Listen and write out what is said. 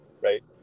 Right